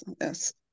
Yes